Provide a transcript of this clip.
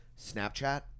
Snapchat